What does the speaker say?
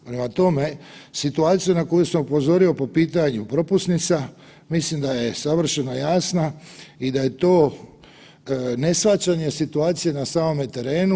Prema tome, situaciju na koju sam upozorio po pitanju propusnica mislim da je savršeno jasna i da je to ne shvaćanje situacije na samome terenu.